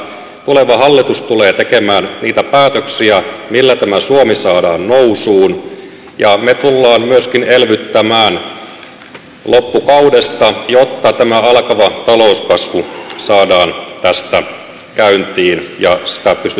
tuleva hallitus tulee tekemään niitä päätöksiä millä tämä suomi saadaan nousuun ja me tulemme myöskin elvyttämään loppukaudesta jotta tämä alkava talouskasvu saadaan tästä käyntiin ja sitä pystytään jatkamaan